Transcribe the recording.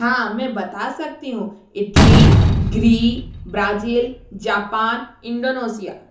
हाँ मैं बता सकती हूँ इटली ग्री ब्राज़ील जापान इंडोनोसिया